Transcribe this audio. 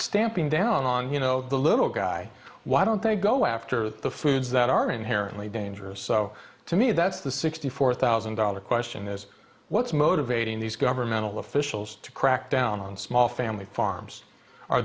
stamping down on you know the little guy why don't they go after the foods that are inherently dangerous so to me that's the sixty four thousand dollar question is what's motivating these governmental officials to crack down on small family farms are